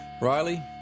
Riley